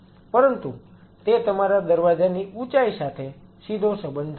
પરંતુ તે તમારા દરવાજાની ઉંચાઈ સાથે સીધો સંબંધ ધરાવે છે